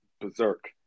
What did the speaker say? berserk